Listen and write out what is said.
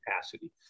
capacity